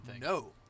no